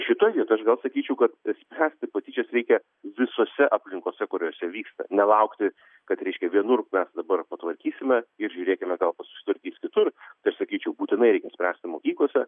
šitoj vietoj aš gal sakyčiau kad spręsti patyčias reikia visose aplinkose kuriose vyksta nelaukti kad reiškia vienur mes dabar patvarkysime ir žiūrėkime susitvarkys kitur ir sakyčiau būtinai reikia spręsti mokyklose